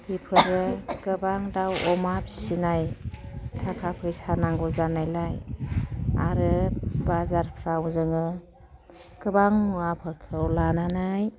बिफोरो गोबां दाउ अमा फिसिनाय थाखा फैसा नांगौ जानायलाय आरो बाजारफ्राव जोङो गोबां मुवाफोरखौ लानानै